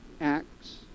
Acts